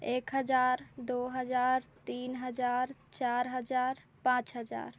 एक हज़ार दो हज़ार तीन हज़ार चार हज़ार पाँच हज़ार